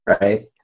right